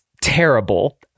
terrible